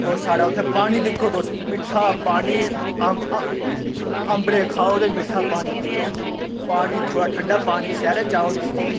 और साढ़ा उत्थै पानी दिक्खो तुस मिट्ठा पानी अम्बले खाओ ते मिट्ठा पानी पिओ पानी थोह्ड़ा ठंडा पानी शैह्रै च आओ दिक्खो